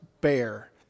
bear